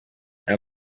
aya